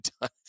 done